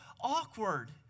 awkward